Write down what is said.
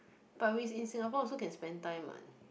but we in Singapore also can spend time what